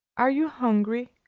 are you hungry?